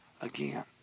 again